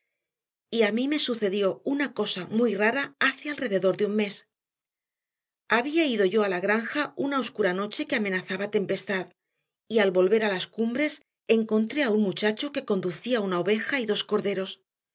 a mí me sucedió una cosa muy rara hace alrededor de un mes había ido yo a la granja una oscura noche que amenazaba tempestad y al volver a las cumbres encontré a un muchacho que conducía una oveja y dos corderos